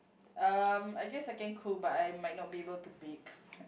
um I guess I can cook but I might not be able to bake